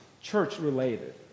church-related